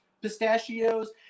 pistachios